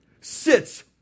sits